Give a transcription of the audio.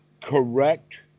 correct